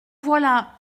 voilà